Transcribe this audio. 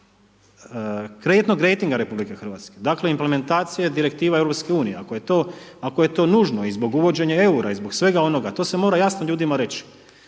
kreditnog rejtinga Republike Hrvatske, dakle implementacije Direktiva Europske unije, ako je to nužno i zbog uvođenja EUR-a i zbog svega onoga, to se mora jasno ljudima reći.